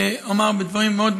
שאמר דברים מאוד ברורים,